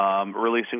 releasing